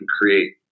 create